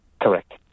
Correct